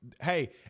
hey